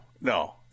no